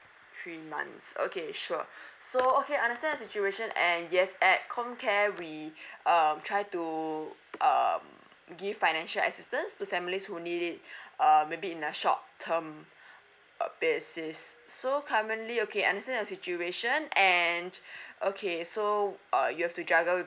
three months okay sure so okay I understand the situation and yes at com care we um try to err give financial assistance to families who need it err maybe in a short term basis so commonly okay understand the situation and okay so uh you have to juggle with the